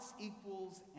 equals